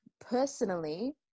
personally